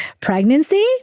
pregnancy